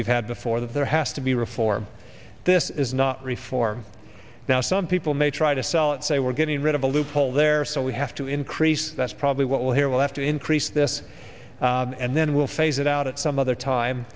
we've had before that there has to be reform this is not reform now some people may try to sell it say we're getting rid of a loophole there so we have to increase that's probably what we'll hear we'll have to increase this and then we'll phase it out at some other time